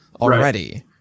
already